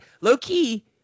low-key